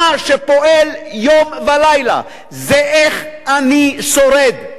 מה שפועל יום ולילה זה איך אני שורד.